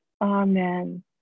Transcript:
Amen